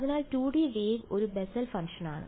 അതിനാൽ 2 D wave ഒരു Bessel ഫംഗ്ഷനാണ്